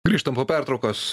grįžtam po pertraukos